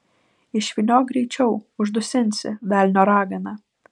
išvyniok greičiau uždusinsi velnio ragana